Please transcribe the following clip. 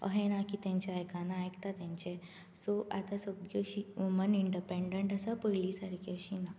अहें ना की तेंचें आयकाना आयकता तेंचें सो आतां सगळीं अशीं वुमन इण्डपॅण्डंट आसा पयलीं सारकी अशीं ना